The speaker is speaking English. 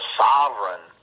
sovereign